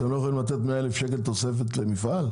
אתם לא יכולים לתת 100,000 שקלים תוספת למפעל?